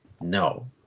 No